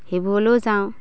সেইবোৰলৈও যাওঁ